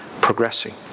progressing